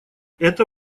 это